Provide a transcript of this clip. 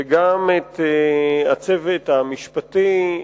וגם את הצוות המשפטי,